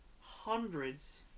hundreds